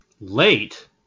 Late